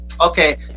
okay